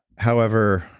however,